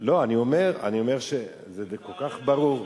לא, אני אומר שזה כל כך ברור,